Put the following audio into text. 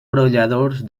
brolladors